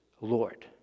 Lord